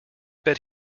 bet